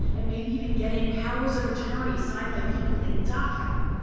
and maybe even getting powers of attorney signed by people in dachau,